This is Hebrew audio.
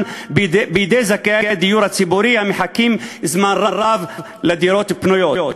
בידי זכאי הדיור הציבורי המחכים זמן רב לדירות פנויות.